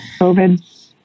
COVID